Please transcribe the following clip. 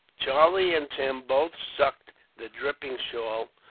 charlie and tim both sucked the dripping shawl,